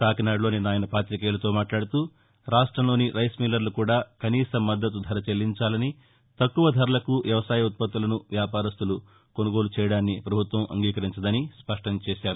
కాకి నాడ లో నిన్న ఆయన పాతికేయులతో మాట్లాడుతూరాష్టంలోని రైస్ మిల్లర్లు కూడా కనీస మద్దతు ధర చెల్లించాలని తక్కువ ధరలకు వ్యవసాయ ఉత్పత్తులను వ్యాపారస్తులు కొనుగోలు చేయడాన్ని పభుత్వం అంగీకరించదని స్పష్టం చేశారు